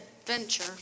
adventure